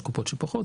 יש קופות שפחות,